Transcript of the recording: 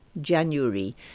January